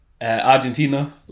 Argentina